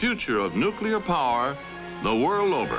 future of nuclear power the world